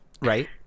Right